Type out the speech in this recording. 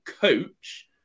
coach